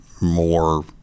more